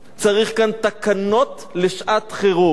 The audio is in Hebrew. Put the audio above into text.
צריך כאן תקנות לשעת-חירום.